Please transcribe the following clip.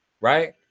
right